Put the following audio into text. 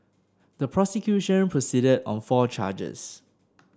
the prosecution proceeded on four charges